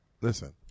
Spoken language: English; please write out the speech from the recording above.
Listen